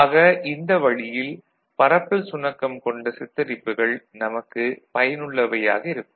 ஆக இந்த வழியில் பரப்பல் சுணக்கம் கொண்ட சித்தரிப்புகள் நமக்கு பயனுள்ளவையாக இருக்கும்